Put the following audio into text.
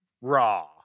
Raw